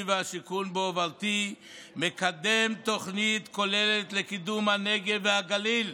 והשיכון בהובלתי מקדם תוכנית כוללת לקידום הנגב והגליל.